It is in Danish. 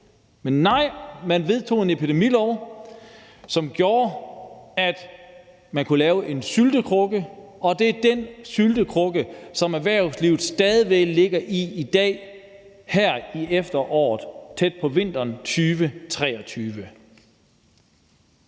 Men nej, man vedtog en ny epidemilov, som gjorde, at man kunne lave en syltekrukke, og det er den syltekrukke, som erhvervslivet stadig væk ligger i i dag her i efteråret, tæt på vinteren 2023.